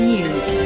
News